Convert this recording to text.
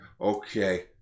Okay